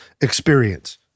experience